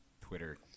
Twitter